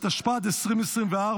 התשפ"ד 2024,